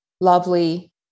lovely